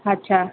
अछा